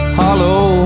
hollow